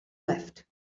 left